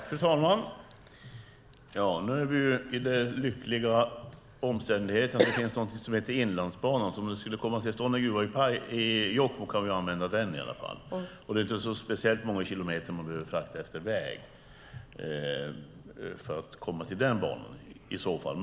Fru talman! Nu är vi i den lyckliga omständigheten att det finns någonting som heter Inlandsbanan. Om det skulle komma till stånd en gruva i Jokkmokk kan vi i alla fall använda den. Det blir inte speciellt många kilometer man behöver frakta efter väg för att komma till den banan i så fall.